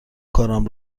کارم